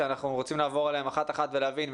אנחנו רוצים לעבור עליהן אחת-אחת ולהבין אם